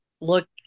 look